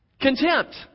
contempt